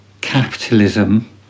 capitalism